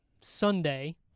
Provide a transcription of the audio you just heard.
Sunday